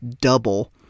double